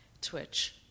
twitch